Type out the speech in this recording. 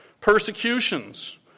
persecutions